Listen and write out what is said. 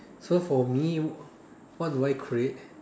so for me what do I create